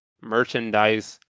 merchandise